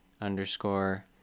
underscore